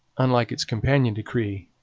unlike its companion decree,